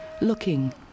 looking